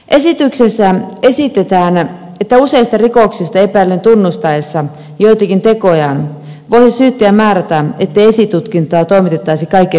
esityksessä esitetään että useista rikoksista epäillyn tunnustaessa joitakin tekojaan voi syyttäjä määrätä ettei esitutkintaa toimitettaisi kaikkien rikosten osalta